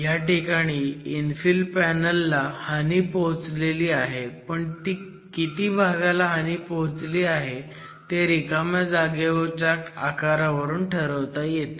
ह्या ठिकाणी इन्फिल पॅनलला हानी पोहोचली आहे पण किती भागाला हानी पोहोचली आहे हे रिकाम्या जागेच्या आकारावरून ठरते